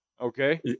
Okay